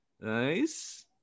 Nice